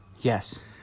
Yes